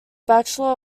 bachelor